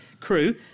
crew